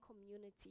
community